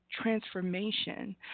transformation